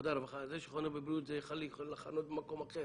זה יכול היה לחנות במקום אחר.